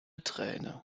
träne